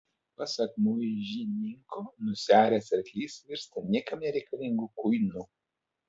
pasak muižiniko nusiaręs arklys virsta niekam nereikalingu kuinu